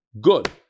good